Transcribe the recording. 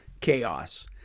chaos